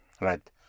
Right